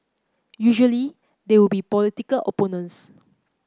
usually they would be political opponents